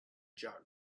jug